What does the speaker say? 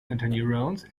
interneurons